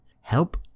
help